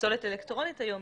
פסולת אלקטרונית היום,